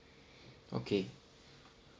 okay